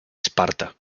esparta